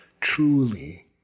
truly